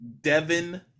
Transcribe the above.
Devin